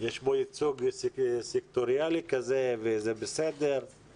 יש כאן ייצוג סקטוריאלי כזה וזה בסדר,